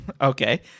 Okay